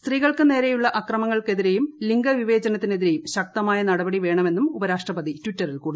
സ്ത്രീകൾക്ക് നേരെയുള്ള അക്രമങ്ങൾക്കെതിരെയും ലിംഗവിവേചനത്തി നെതിരെയും ശക്തമായ നടപടി വേണമെന്നും ഉപരാഷ്ട്രപതി ടിറ്ററിൽ കുറിച്ചു